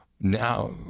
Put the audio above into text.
Now